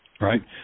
Right